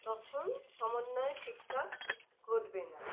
তখন সমন্বয় ঠিকঠাক ঘটবে না